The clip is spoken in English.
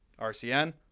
RCN